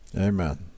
Amen